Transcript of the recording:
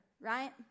right